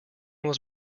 was